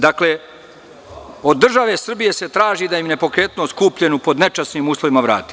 Dakle, od države Srbije se traži da im nepokretnost kupljenu pod nečasnim uslovima vrati.